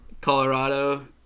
Colorado